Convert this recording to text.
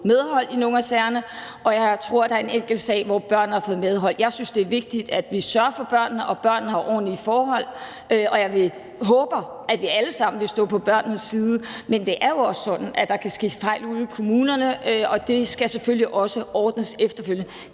medhold i nogle af sagerne, og jeg tror, der er en enkelt sag, hvor børnene har fået medhold. Jeg synes, det er vigtigt, at vi sørger for børnene, og at børn har ordentlige forhold, og jeg håber, at vi alle sammen vil stå på børnenes side. Men det er jo også sådan, at der kan ske fejl ude i kommunerne, og det skal selvfølgelig også ordnes efterfølgende.